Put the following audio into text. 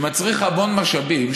שמצריך המון משאבים,